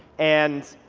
and,